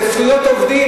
זה זכויות עובדים.